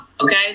okay